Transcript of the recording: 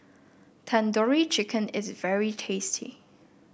Tandoori Chicken is very tasty